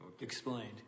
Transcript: explained